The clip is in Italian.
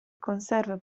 conserva